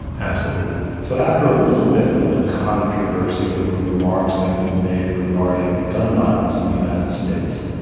absolutely. so, after a little bit of a controversy over remarks that you made regarding gun violence in the united states,